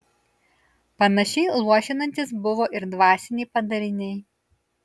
panašiai luošinantys buvo ir dvasiniai padariniai